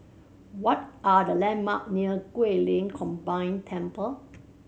what are the landmark near Guilin Combined Temple